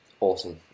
Awesome